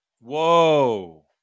Whoa